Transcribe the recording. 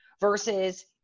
versus